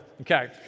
okay